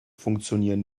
funktionieren